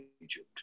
Egypt